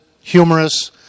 humorous